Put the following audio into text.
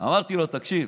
אמרתי לו, תקשיב,